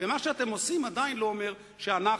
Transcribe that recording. מה שאתם עושים עדיין לא אומר שאנחנו,